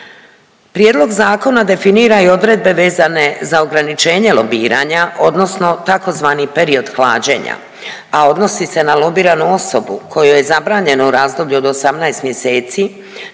Prijedlog zakona definira i odredbe vezane za ograničenje lobiranja odnosno tzv. period hlađenja, a odnosi se na lobiranu osobu kojoj je zabranjeno u razdoblju od 18 mjeseci